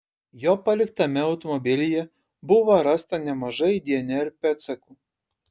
jo paliktame automobilyje buvo rasta nemažai dnr pėdsakų